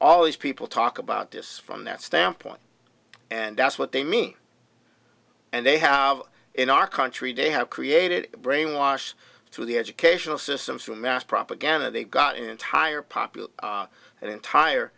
all these people talk about this from that standpoint and that's what they mean and they have in our country day have created brainwashed through the educational system through mass propaganda they've got an entire populace an entire